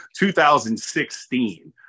2016